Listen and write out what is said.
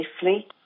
safely